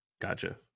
Gotcha